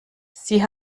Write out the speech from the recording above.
sie